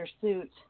suit